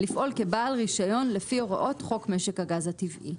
לפעול כבעל רישיון לפי הוראות חוק משק הגז הטבעי".